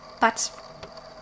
But